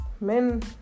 Men